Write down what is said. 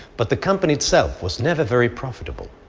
but the company itself was never very profitable.